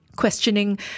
questioning